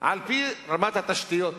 על-פי רמת התשתיות,